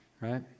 right